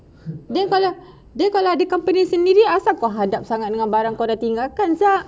then kalau ada company sendiri asalkan hadap sangat dengan barang yang kau tinggalkan sia